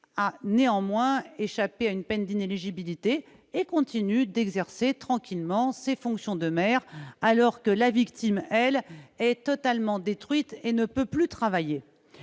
a néanmoins échappé à une peine d'inéligibilité et continue tranquillement d'exercer ses fonctions, alors que sa victime, elle, est complètement détruite et ne peut plus travailler.